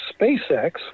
SpaceX